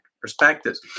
perspectives